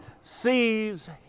Sees